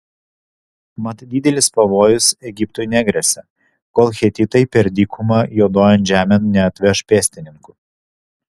mat didelis pavojus egiptui negresia kol hetitai per dykumą juodojon žemėn neatveš pėstininkų